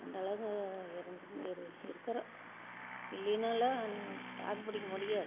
அந்தளவு இருந்து இரு இருக்கிறோம் இல்லைன்னாலும் தாக்குப் பிடிக்க முடியாது